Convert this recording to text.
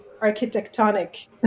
architectonic